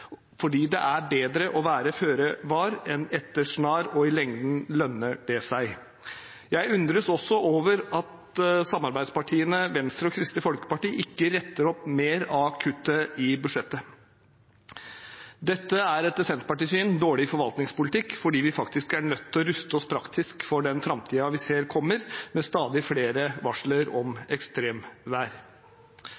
fordi det er bedre å være føre var enn etter snar, og i lengden lønner det seg. Jeg undres også over at samarbeidspartiene, Venstre og Kristelig Folkeparti, ikke retter opp mer av kuttet i budsjettet. Dette er etter Senterpartiets syn dårlig forvaltningspolitikk, fordi vi faktisk er nødt til å ruste oss praktisk for den framtiden som vi ser komme, med stadig flere varsler om